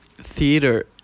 theater